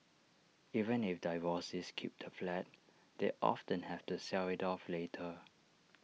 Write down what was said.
even if divorcees keep the flat they often have to sell IT off later